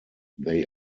they